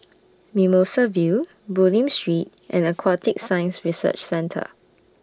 Mimosa View Bulim Street and Aquatic Science Research Centre